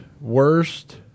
worst